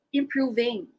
improving